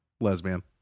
Lesbian